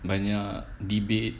banyak debate